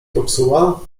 popsuła